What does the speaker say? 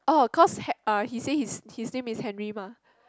oh cause he say his his name is Henry mah